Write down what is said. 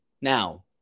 Now